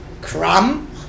Crumb